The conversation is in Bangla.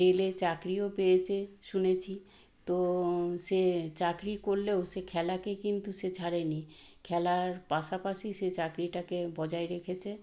এ রেলে চাকরিও পেয়েছে শুনেছি তো সে চাকরি করলেও সে খেলাকে কিন্তু সে ছাড়েনি খেলার পাশাপাশি সে চাকরিটাকে বজায় রেখেছে